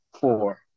four